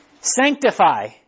sanctify